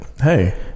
Hey